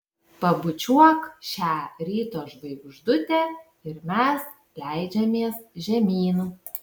pabučiuok šią ryto žvaigždutę ir mes leidžiamės žemyn